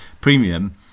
premium